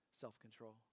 self-control